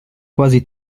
quasi